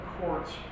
courts